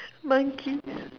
monkey